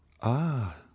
Ah